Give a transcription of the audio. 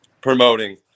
promoting